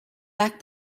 back